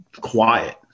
quiet